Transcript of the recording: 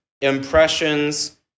impressions